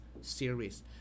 series